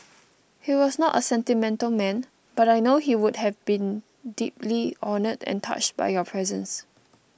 he was not a sentimental man but I know he would have been deeply honoured and touched by your presence